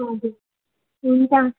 हजुर हुन्छ